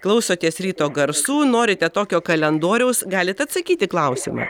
klausotės ryto garsų norite tokio kalendoriaus galit atsakyt į klausimą